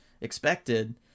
expected